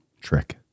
trick